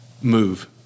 move